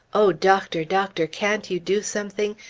o doctor! doctor! can't you do something?